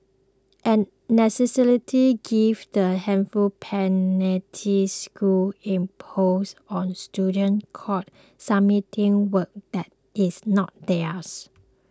a given the hefty penalties schools impose on students caught submitting work that is not theirs